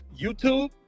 YouTube